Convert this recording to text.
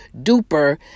duper